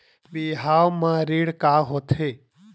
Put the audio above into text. बिहाव म ऋण का होथे?